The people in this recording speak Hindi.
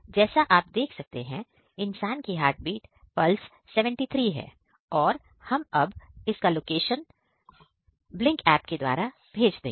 जैसा आप देख सकते हैं इंसान की हार्टबीट पल्स 73 है और अब हम इसका लोकेशन ब्लिंक एप के द्वारा भेज देंगे